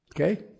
okay